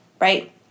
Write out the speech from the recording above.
right